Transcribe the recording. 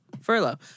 Furlough